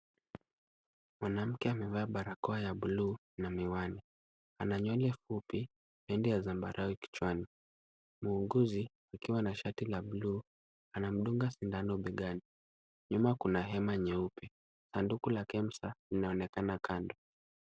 Mwanamke amevaa barakoa ya buluu na miwani. Ana nywele fupi, nwele ya zambarau kichwani. Muuguzi akiwa na shati la buluu, anamdunga sindano begani. Nyuma kuna hema nyeupe. Sanduku la Kemsa linaonekana kando.